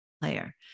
player